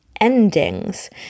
endings